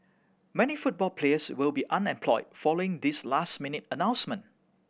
many football players will be unemployed following this last minute announcement